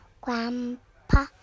Grandpa